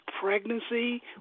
pregnancy